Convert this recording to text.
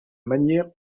manière